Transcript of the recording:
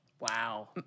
Wow